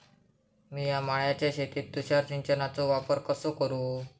मिया माळ्याच्या शेतीत तुषार सिंचनचो वापर कसो करू?